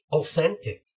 authentic